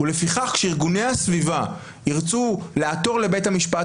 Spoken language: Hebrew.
ולפיכך שארגוני הסביבה ירצו לעתור לבית המשפט